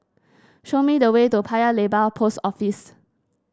show me the way to Paya Lebar Post Office